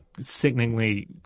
sickeningly